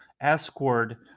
escort